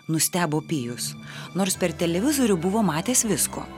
nustebo pijus nors per televizorių buvo matęs visko